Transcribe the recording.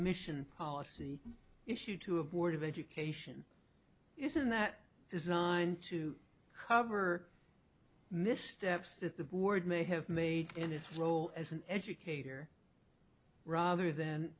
omissions policy issue to a board of education isn't that designed to cover mis steps that the board may have made and its role as an educator rather th